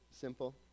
simple